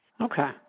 Okay